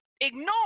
ignore